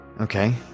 Okay